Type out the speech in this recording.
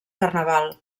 carnaval